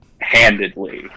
handedly